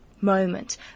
moment